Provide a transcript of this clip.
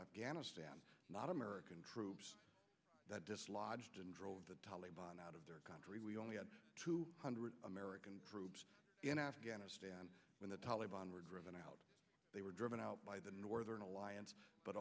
afghanistan not american troops that dislodged and drove the taliban out of their country we only had two hundred american troops in afghanistan when the taliban were driven out they were driven out by the northern alliance but